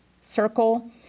circle